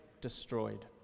destroyed